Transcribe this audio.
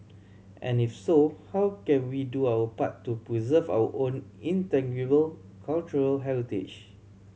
and if so how can we do our part to preserve our own intangible cultural heritage